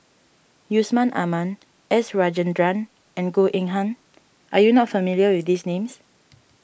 Yusman Aman S Rajendran and Goh Eng Han are you not familiar with these names